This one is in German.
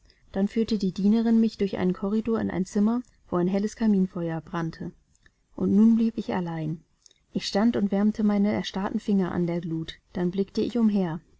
dann führte die dienerin mich durch einen korridor in ein zimmer wo ein helles kaminfeuer brannte und nun blieb ich allein ich stand und wärmte meine erstarrten finger an der glut dann blickte ich umher